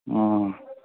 ആ ആ